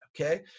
Okay